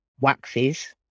waxes